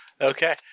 Okay